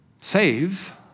Save